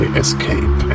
escape